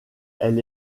elle